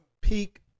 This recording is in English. peak